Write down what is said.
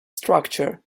structure